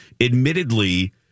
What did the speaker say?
Admittedly